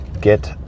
get